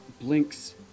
blinks